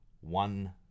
one